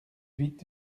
huit